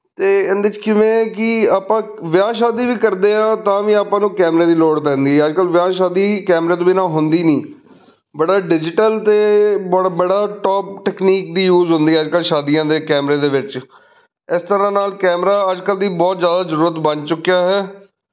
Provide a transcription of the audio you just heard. ਅਤੇ ਇਹਦੇ 'ਚ ਕਿਵੇਂ ਕਿ ਆਪਾਂ ਵਿਆਹ ਸ਼ਾਦੀ ਵੀ ਕਰਦੇ ਹਾਂ ਤਾਂ ਵੀ ਆਪਾਂ ਨੂੰ ਕੈਮਰੇ ਦੀ ਲੋੜ ਪੈਂਦੀ ਅੱਜ ਕੱਲ੍ਹ ਵਿਆਹ ਸ਼ਾਦੀ ਕੈਮਰੇ ਤੋਂ ਬਿਨਾਂ ਹੁੰਦੀ ਨਹੀਂ ਬੜਾ ਡਿਜੀਟਲ ਅਤੇ ਬੜਾ ਬੜਾ ਟੋਪ ਟੈਕਨੀਕ ਦੀ ਯੂਜ਼ ਹੁੰਦੀ ਹੈ ਅੱਜ ਕੱਲ੍ਹ ਸ਼ਾਦੀਆਂ ਦੇ ਕੈਮਰੇ ਦੇ ਵਿੱਚ ਇਸ ਤਰ੍ਹਾਂ ਨਾਲ ਕੈਮਰਾ ਅੱਜ ਕੱਲ੍ਹ ਦੀ ਬਹੁਤ ਜ਼ਿਆਦਾ ਜ਼ਰੂਰਤ ਬਣ ਚੁੱਕਿਆ ਹੈ